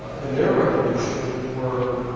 in their revolution, were